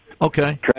Okay